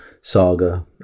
Saga